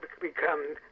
become